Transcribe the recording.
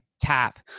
tap